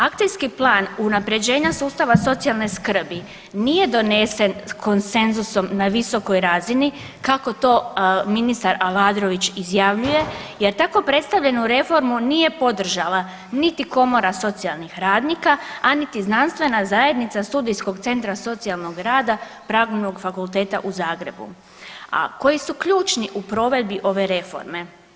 Akcijski plan unaprjeđenja sustava socijalne skrbi nije donesen konsenzusom na visokoj razini, kako to ministar Aladrović izjavljuje jer tako predstavljenu reformu nije podržala niti Komora socijalnih radnika, a niti Znanstvena zajednica studijskog centra socijalnog rada Pravnog fakulteta u Zagrebu, a koji su ključni u provedbi ove reforme.